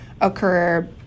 occur